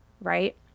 Right